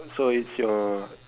so it's your